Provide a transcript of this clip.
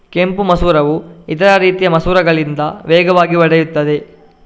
ಕೆಂಪು ಮಸೂರವು ಇತರ ರೀತಿಯ ಮಸೂರಗಳಿಗಿಂತ ವೇಗವಾಗಿ ಒಡೆಯುತ್ತದೆ